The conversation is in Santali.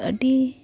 ᱟᱹᱰᱤ